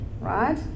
right